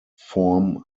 form